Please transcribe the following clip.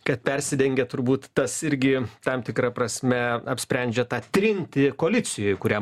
kad persidengia turbūt tas irgi tam tikra prasme apsprendžia tą trintį koalicijoj kurią